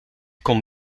kon